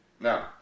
Now